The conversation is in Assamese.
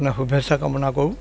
মানে শুভেচ্ছা কামনা কৰোঁ